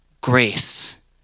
grace